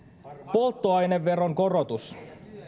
polttoaineveron korotus